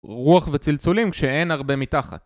רוח וצלצולים כשאין הרבה מתחת